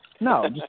No